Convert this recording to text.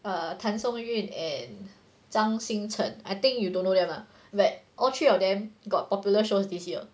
err 谭松韵 and 张新成 I think you don't know them lah but all three of them got popular shows this year